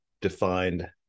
defined